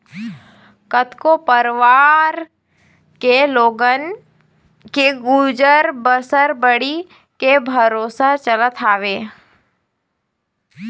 कतको परवार के लोगन के गुजर बसर बाड़ी के भरोसा चलत हवय